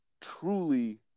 truly